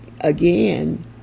again